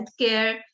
healthcare